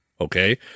Okay